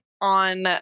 on